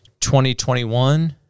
2021